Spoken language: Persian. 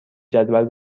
جدول